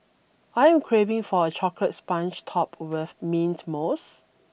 I am craving for a chocolate sponge topped with mint mousse